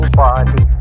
body